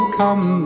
come